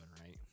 right